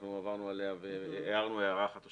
אנחנו עברנו עליה והערנו הערה אחת או